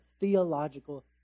theological